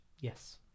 Yes